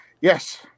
Yes